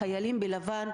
החיילים בלבן,